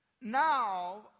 Now